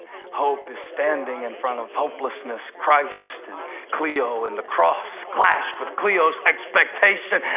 hope is standing in front of hopelessness. christ and cleo. and the cross clashed with cleo's expectation,